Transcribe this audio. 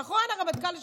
נכון, הרמטכ"ל לשעבר?